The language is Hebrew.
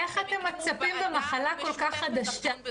איך אתם מצפים במחלה כל כך חדשה,